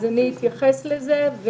אתייחס לזה.